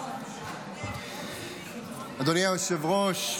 אדוני היושב-ראש,